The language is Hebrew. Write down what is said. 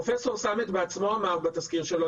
פרופ' סמט בעצמו אמר בתסקיר שלו,